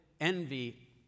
envy